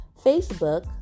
facebook